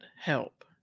help